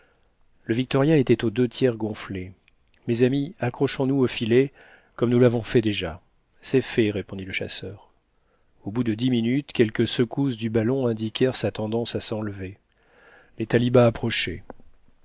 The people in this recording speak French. le victoria était aux deux tiers gonflé mes amis accrochons nous au filet comme nous l'avons fait déjà c'est fait répondit le chasseur au bout de dix minutes quelques secousses du ballon indiquèrent sa tendance à s'enlever les talibas